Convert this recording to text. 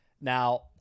Now